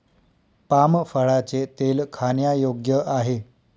palm फळाचे तेल खाण्यायोग्य आहे